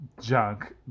junk